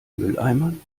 mülleimern